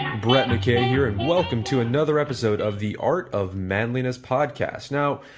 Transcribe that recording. brett mckay here and welcome to another episode of the art of manliness podcast. now,